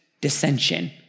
dissension